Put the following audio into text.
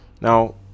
now